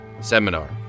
Seminar